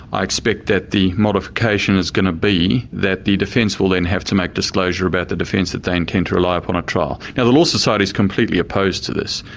i expect that the modification is going to be that the defence will then have to make disclosure about the defence that they intend to rely upon at trial. now the law society is completely opposed to this,